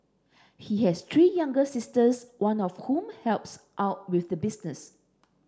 he has three younger sisters one of whom helps out with the business